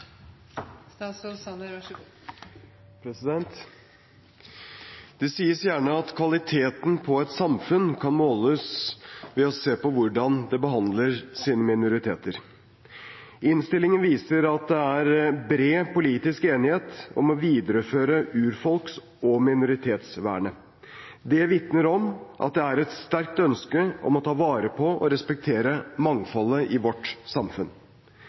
Det sies gjerne at kvaliteten på et samfunn kan måles ved å se på hvordan det behandler sine minoriteter. Innstillingen viser at det er bred politisk enighet om å videreføre urfolks- og minoritetsvernet. Det vitner om at det er et sterkt ønske om å ta vare på og respektere mangfoldet i vårt samfunn.